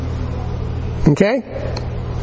Okay